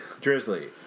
Drizzly